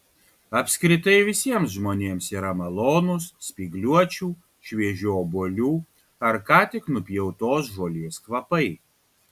apskritai visiems žmonėms yra malonūs spygliuočių šviežių obuolių ar ką tik nupjautos žolės kvapai